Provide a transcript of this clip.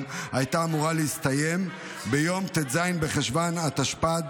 הייתה אמורה להסתיים ביום ט''ז בחשוון התשפ"ד,